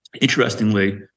Interestingly